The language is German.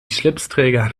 schlipsträger